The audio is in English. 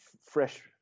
fresh